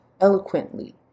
eloquently